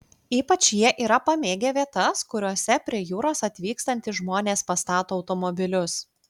ypač jie yra pamėgę vietas kuriose prie jūros atvykstantys žmones pastato automobilius